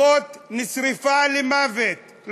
אחות נשרפה למוות,